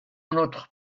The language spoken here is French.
notre